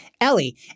Ellie